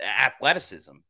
athleticism